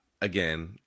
again